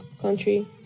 country